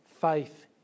faith